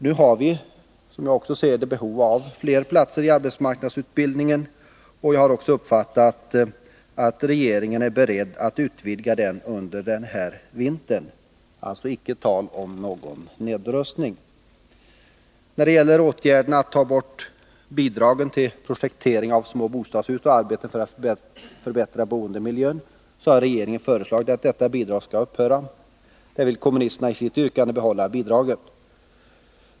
Vi har, som jag ser det, behov av fler platser i arbetsmarknadsutbildningen, och jag har också uppfattat att regeringen är beredd att utvidga den under denna vinter. Det är alltså icke tal om någon nedrustning. När det sedan gäller bidrag till projektering av små bostadshus och arbeten för att förbättra boendemiljön vill jag säga, att regeringen har föreslagit att detta bidrag skall upphöra. Kommunisterna vill i sitt yrkande behålla bidraget.